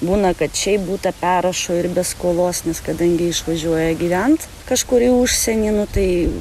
būna kad šiaip butą perrašo ir be skolos nes kadangi išvažiuoja gyvent kažkur į užsienį nu tai